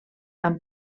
amb